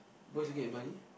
boy is looking at bunny